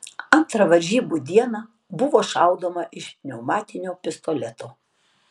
antrą varžybų dieną buvo šaudoma iš pneumatinio pistoleto